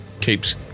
keeps